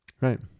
Right